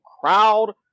crowd